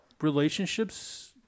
relationships